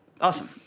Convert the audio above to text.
Awesome